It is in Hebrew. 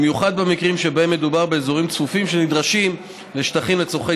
במיוחד במקרים שבהם מדובר באזורים צפופים שנדרשים בהם שטחים לצורכי